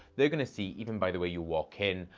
they're going to see, even by the way you walk in,